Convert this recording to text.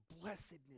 blessedness